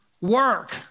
work